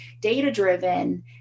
data-driven